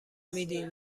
میدین